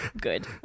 Good